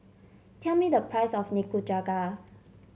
tell me the price of Nikujaga